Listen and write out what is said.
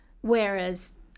Whereas